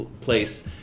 place